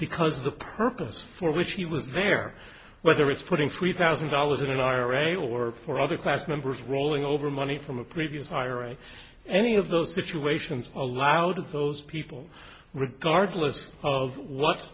because the purpose for which he was there whether it's putting three thousand dollars in an ira or for other class members rolling over money from a previous hiring any of those situations allowed those people regardless of what